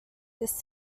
this